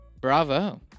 Bravo